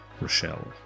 Rochelle